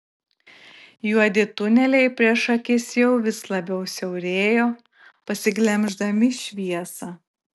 juodi tuneliai prieš akis jau vis labiau siaurėjo pasiglemždami šviesą